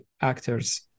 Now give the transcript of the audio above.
actors